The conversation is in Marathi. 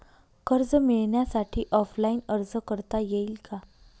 कर्ज मिळण्यासाठी ऑफलाईन अर्ज करता येईल का?